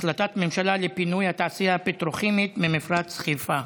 החלטת ממשלה לפינוי התעשייה הפטרוכימית ממפרץ חיפה.